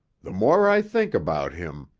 the more i think about him,